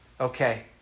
okay